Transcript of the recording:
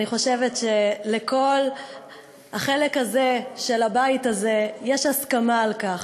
אני חושבת שלכל החלק הזה של הבית הזה יש הסכמה על כך.